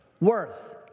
worth